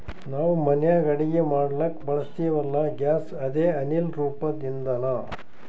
ನಾವ್ ಮನ್ಯಾಗ್ ಅಡಗಿ ಮಾಡ್ಲಕ್ಕ್ ಬಳಸ್ತೀವಲ್ಲ, ಗ್ಯಾಸ್ ಅದೇ ಅನಿಲ್ ರೂಪದ್ ಇಂಧನಾ